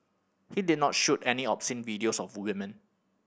he did not shoot any obscene videos of women